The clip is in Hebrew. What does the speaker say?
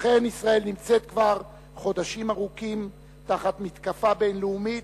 אכן ישראל נמצאת כבר חודשים ארוכים תחת מתקפה בין-לאומית,